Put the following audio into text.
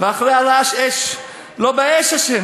ואחר הרעש אש לא באש ה'